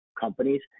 companies